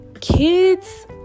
kids